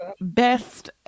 best